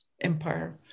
empire